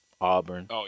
Auburn